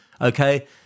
Okay